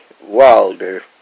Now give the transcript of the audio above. Wilder